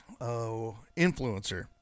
influencer